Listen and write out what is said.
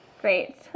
Great